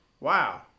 Wow